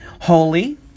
holy